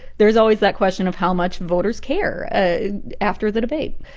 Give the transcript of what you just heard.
there's always that question of how much voters care after the debate.